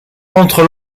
entre